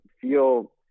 feel